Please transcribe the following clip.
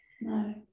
no